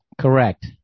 Correct